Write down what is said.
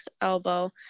elbow